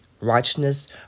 righteousness